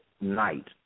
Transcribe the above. night